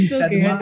okay